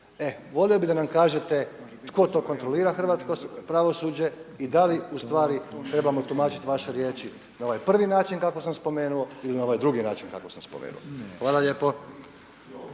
E volio bih da nam kažete tko to kontrolira hrvatsko pravosuđe i da li u stvari trebamo tumačiti vaše riječi na ovaj prvi način kako sam spomenuo ili na ovaj drugi način kako sam spomenuo. Hvala lijepo.